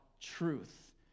truth